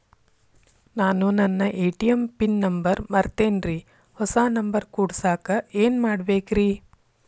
ನಾನು ನನ್ನ ATM pin number ಮರ್ತೇನ್ರಿ, ಹೊಸಾ ನಂಬರ್ ಕುಡಸಾಕ್ ಏನ್ ಮಾಡ್ಬೇಕ್ರಿ?